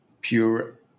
pure